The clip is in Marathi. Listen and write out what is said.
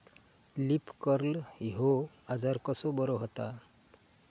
लीफ कर्ल ह्यो आजार कसो बरो व्हता?